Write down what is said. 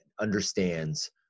understands